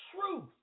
truth